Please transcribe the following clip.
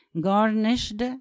garnished